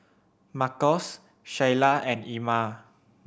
Marcos Sheyla and Ima